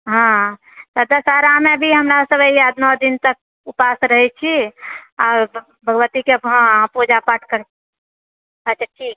हँ तऽ दशहरामे भी हमरा सभ यऽ आठ नओ दिन तक उपास रहए छी आ भगवतीके हँ पूजा पाठ करैत छी अच्छा ठीक